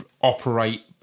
operate